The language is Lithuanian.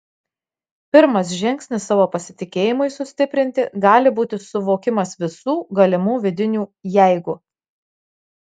pirmas žingsnis savo pasitikėjimui sustiprinti gali būti suvokimas visų galimų vidinių jeigu